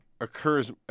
occurs